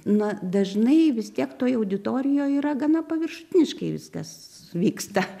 na dažnai vis tiek toj auditorijoj gana paviršutiniškai viskas vyksta